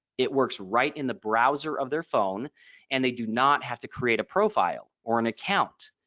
it works right in the browser of their phone and they do not have to create a profile or an account.